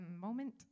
moment